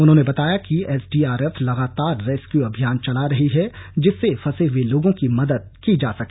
उन्होंने बताया कि एसडीआरएफ लगातार रेसक्यू अभियान चला रही है जिससे फंसे हुए लोगों की मदद की जा सके